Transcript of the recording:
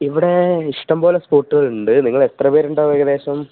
ഇവിടെ ഇഷ്ടം പോലെ സ്പോട്ട്കളുണ്ട് നിങ്ങളെത്ര പേരുണ്ടാവും ഏകദേശം